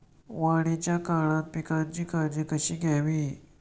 वाढीच्या काळात पिकांची काळजी कशी घ्यावी?